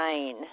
nine